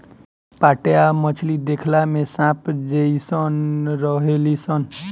पाटया मछली देखला में सांप जेइसन रहेली सन